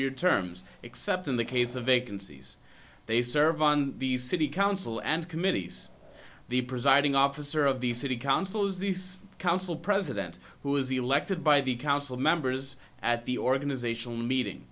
year terms except in the case of vacancies they serve on the city council and committees the presiding officer of the city council is this council president who is elected by the council members at the organizational meeting